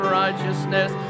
righteousness